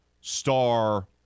star